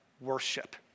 worship